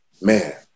man